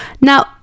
now